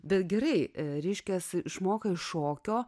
bet gerai reiškias išmokau šokio